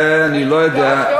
זה אני לא יודע.